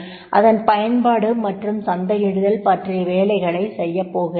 அதன் பயன்பாடு மற்றும் சந்தையிடுதல் பற்றிய வேலைகளை செய்யப்போகிறார்கள்